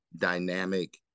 dynamic